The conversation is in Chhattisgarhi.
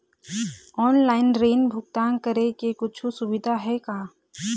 ऑनलाइन ऋण भुगतान करे के कुछू सुविधा हे का?